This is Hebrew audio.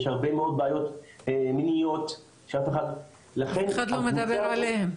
יש הרבה מאוד בעיות מיניות ש- -- אף אחד לא מדבר עליהן.